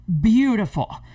beautiful